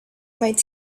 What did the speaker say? might